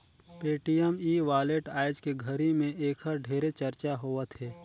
Paytm e wallet आयज के घरी मे ऐखर ढेरे चरचा होवथे